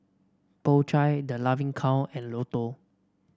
Po Chai The Laughing Cow and Lotto